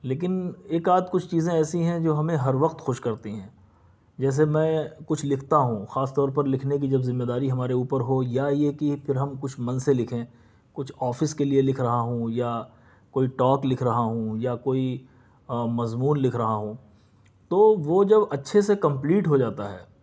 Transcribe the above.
لیکن ایک آدھ کچھ چیزیں ایسی ہیں جو ہمیں ہر وقت خوش کرتی ہیں جیسے میں کچھ لکھتا ہوں خاص طور پر لکھنے کی جب ذمہ داری ہمارے اوپر ہو یا یہ کہ پھر ہم کچھ من سے لکھیں کچھ آفس کے لئے لکھ رہا ہوں یا کوئی ٹاک لکھ رہا ہوں یا کوئی مضمون لکھ رہا ہوں تو وہ جب اچھے سے کمپلیٹ ہو جاتا ہے